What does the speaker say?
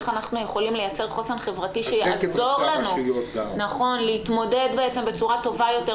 איך אנחנו יכולים לייצר חוסן חברתי שיעזור לנו להתמודד בצורה טובה יותר,